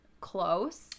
close